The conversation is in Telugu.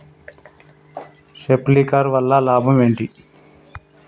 శప్రింక్లర్ వల్ల లాభం ఏంటి?